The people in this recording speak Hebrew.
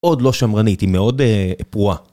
עוד לא שמרנית היא מאוד פרועה